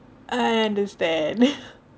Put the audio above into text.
I understand